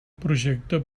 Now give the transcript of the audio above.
projecte